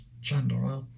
gender